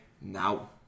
Now